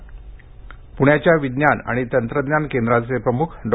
पूण्याच्या विज्ञान आणि तंत्रज्ञान केंद्राचे प्रमुख डॉ